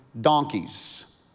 donkeys